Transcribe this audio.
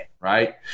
right